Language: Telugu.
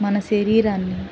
మన శరీరాన్ని